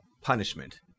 punishment